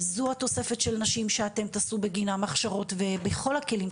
זו התוספת של אנשים שאתם תעשו בגינם הכשרות ובכל הכלים.